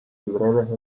breve